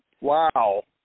wow